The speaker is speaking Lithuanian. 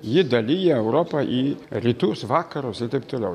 ji dalija europą į rytus vakarus ir taip toliau